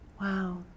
Wow